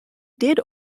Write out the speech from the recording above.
did